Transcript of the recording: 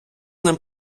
ним